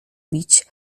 bić